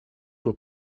were